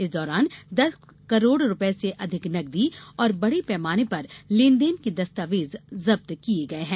इस दौरान दस करोड़ रुपये से अधिक नगदी और बड़े पैमाने पर लेनदेन के दस्तावेज जब्त किये गये हैं